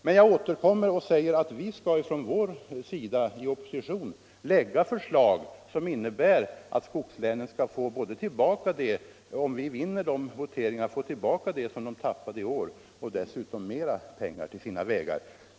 Men jag återkommer och säger att vi från vår sida i opposition skall lägga förslag som innebär — om vi vinner voteringarna — att skogslänen Allmänpolitisk debatt Allmänpolitisk debatt skall få tillbaka vad de tappat i år och dessutom mera pengar till sina vägar.